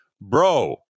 Bro